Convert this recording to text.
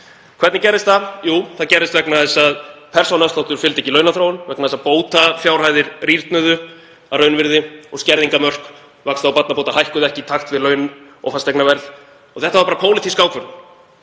Hvernig gerðist það? Jú, það gerðist vegna þess að persónuafsláttur fylgdi ekki launaþróun, vegna þess að bótafjárhæðir rýrnuðu að raunvirði og skerðingarmörk vaxta- og barnabóta hækkuðu ekki í takt við laun og fasteignaverð og þetta var bara pólitísk ákvörðun.